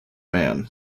man